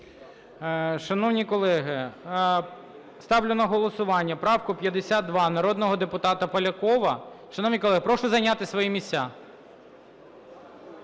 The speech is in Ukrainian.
Шановні колеги, ставлю на голосування правку 52 народного депутата Полякова. Шановні колеги, прошу зайняти свої місця.